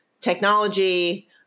technology